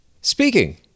Speaking